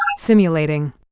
Simulating